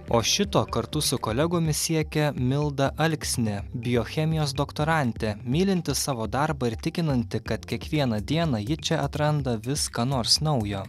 o šito kartu su kolegomis siekia milda alksnė biochemijos doktorantė mylinti savo darbą ir tikinanti kad kiekvieną dieną ji čia atranda vis ką nors naujo